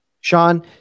Sean